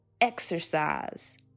exercise